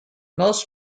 most